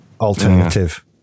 alternative